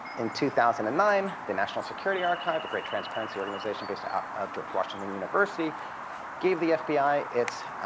in two thousand and nine, the national security archive a great transparency organization based out of george washington university gave the fbi its